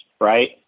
right